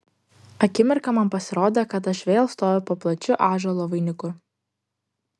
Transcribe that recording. akimirką man pasirodė kad aš vėl stoviu po plačiu ąžuolo vainiku